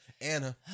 Anna